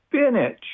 spinach